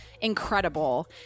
incredible